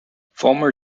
former